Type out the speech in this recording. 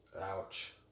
Ouch